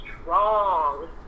strong